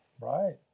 Right